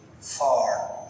far